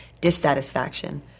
dissatisfaction